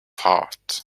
heart